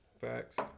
Facts